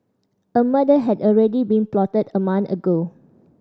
a murder had already been plotted a month ago